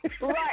Right